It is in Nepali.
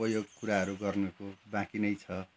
उपयोग कुराहरू गर्नको बाँकी नै छ